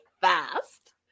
fast